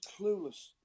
clueless